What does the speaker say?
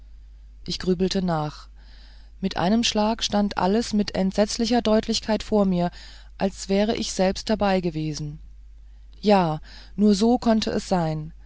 ich grübelte nach mit einem schlag stand alles mit entsetzlicher deutlichkeit vor mir als wäre ich selbst dabei gewesen ja nur so konnte es sein